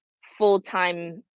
full-time